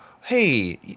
hey